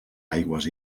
aigües